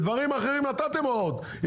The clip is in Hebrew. בדברים אחרים נתתם הוראות.